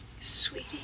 sweetie